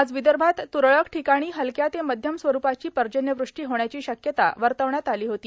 आज विदर्भात तुरळक ठिकाणी हलक्या ते मध्यम स्वरूपाची पर्जन्यवृष्टी होण्याची शक्यता वर्तवण्यात आली होती